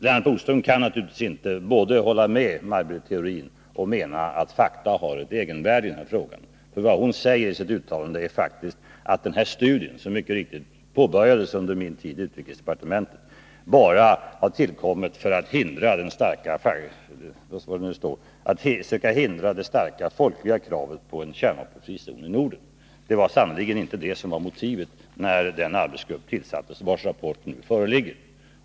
Lennart Bodström kan naturligtvis inte både hålla med Maj Britt Theorin och mena att fakta har ett egenvärde i den här frågan. Vad Maj Britt Theorin säger i sitt uttalande är faktiskt att denna studie — som mycket riktigt påbörjades under min tid i utrikesdepartementet — bara har tillkommit för att söka hindra det starka folkliga kravet på en kärnvapenfri zon i Norden. Det var sannerligen inte det som var motivet när den arbetsgrupp tillsattes vars rapport nu föreligger.